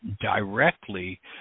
directly